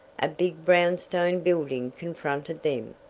a big brownstone building confronted them.